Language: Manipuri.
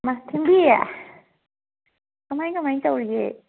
ꯍꯩꯃꯥ ꯊꯦꯝꯕꯤ ꯀꯃꯥꯏ ꯀꯃꯥꯏ ꯇꯧꯔꯤꯒꯦ